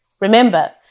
Remember